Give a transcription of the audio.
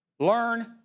Learn